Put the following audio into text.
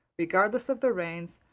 regardless of the reins,